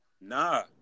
Nah